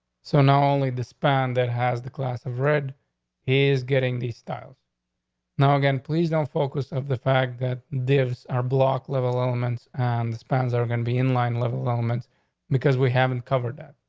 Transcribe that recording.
so now only the span that has the class of red he is getting these styles now again. please don't focus of the fact that dave's are block level elements on and the spans. they're gonna be in line level elements because we haven't covered that.